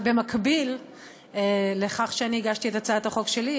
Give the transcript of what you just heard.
במקביל לכך שאני הגשתי את הצעת החוק שלי,